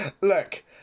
Look